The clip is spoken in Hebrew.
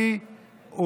הוא